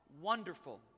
Wonderful